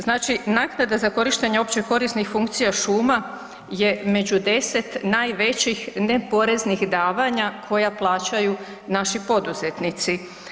Znači naknada za korištenje općekorisnih funkcija šuma je među 10 najvećih neporeznih davanja koja plaćaju naši poduzetnici.